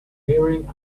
wearing